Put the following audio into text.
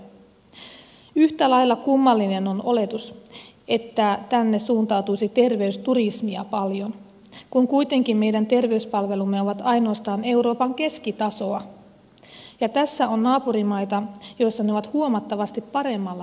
yhtä lailla kummallinen on oletus että tänne suuntautuisi terveysturismia paljon kun kuitenkin meidän terveyspalvelumme ovat ainoastaan euroopan keskitasoa ja tässä on naapurimaita joissa ne ovat huomattavasti paremmalla tasolla